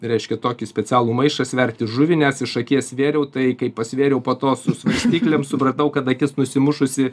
reiškia tokį specialų maišą sverti žuvį nes iš akies svėriau tai kai pasvėriau po to su svarstyklėm supratau kad akis nusimušusi